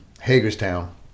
Hagerstown